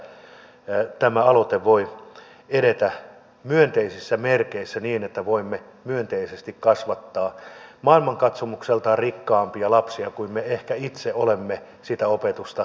toivotaan että tämä aloite voi edetä myönteisissä merkeissä niin että voimme myönteisesti kasvattaa maailmankatsomukseltaan rikkaampia lapsia kuin me itse olemme ehkä sitä opetusta aikanamme saaneet